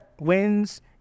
wins